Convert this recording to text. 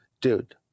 dude